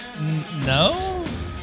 No